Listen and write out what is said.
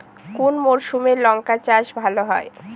কোন মরশুমে লঙ্কা চাষ ভালো হয়?